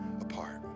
apart